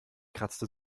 kratzte